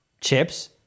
chips